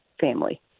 family